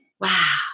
Wow